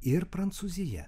ir prancūzija